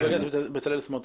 חבר הכנסת בצלאל סמוטריץ',